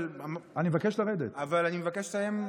אבל אני מבקש לסיים,